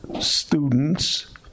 students